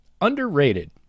underrated